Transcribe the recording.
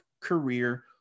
career